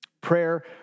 Prayer